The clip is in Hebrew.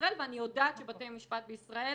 בישראל ואני יודעת שבתי משפט בישראל